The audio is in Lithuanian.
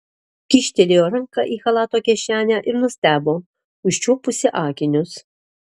kyštelėjo ranką į chalato kišenę ir nustebo užčiuopusi akinius